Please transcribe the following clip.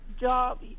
job